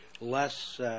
less